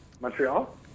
Montreal